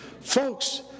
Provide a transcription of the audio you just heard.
Folks